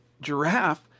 giraffe